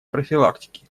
профилактики